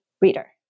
reader